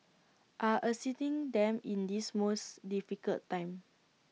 are assisting them in this most difficult time